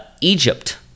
Egypt